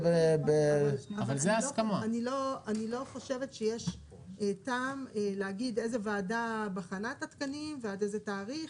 אני לא חושבת שיש טעם להגיד איזו ועדה בחנה את התקנים ועד איזה תאריך.